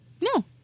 no